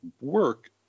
work